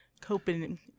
coping